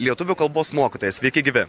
lietuvių kalbos mokytoją sveiki gyvi